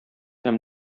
һәм